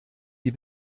die